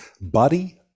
body